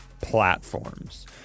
platforms